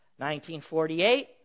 1948